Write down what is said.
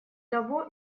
того